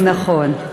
נכון.